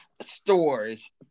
stores